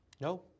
No